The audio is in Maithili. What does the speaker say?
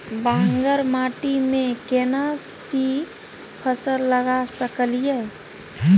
बांगर माटी में केना सी फल लगा सकलिए?